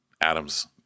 Adam's